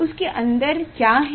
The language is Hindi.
उसके अंदर क्या है